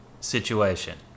situation